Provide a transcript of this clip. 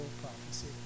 prophecy